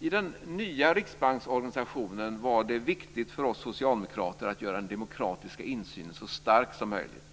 I den nya riksbanksorganisationen var det viktigt för oss socialdemokrater att göra den demokratiska insynen så stor som möjligt.